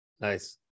Nice